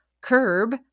curb